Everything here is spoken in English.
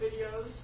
videos